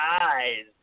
eyes